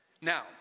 Now